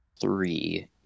three